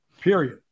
period